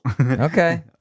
Okay